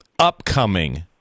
upcoming